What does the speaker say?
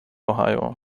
ohio